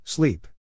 Sleep